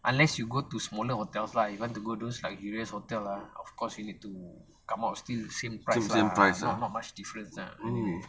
unless you go to smaller hotels lah you want to go those like U_S_S hotel ah of course you need to come out still same price lah not much difference ah anyway